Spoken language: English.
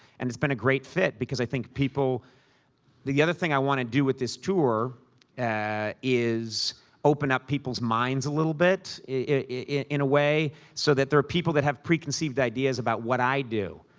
and it's been a great fit, because i think people the other thing i want to do with this tour and is open up people's minds a little bit in a way so that there are people who have preconceived ideas about what i do,